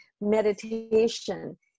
meditation